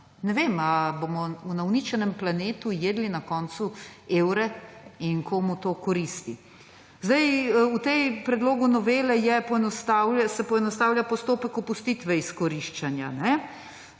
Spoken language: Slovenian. Ne vem ali bomo na uničenem planetu jedli na koncu evre in komu to koristi. Zdaj v tem predlogu novele se poenostavlja postopek opustitve izkoriščanja.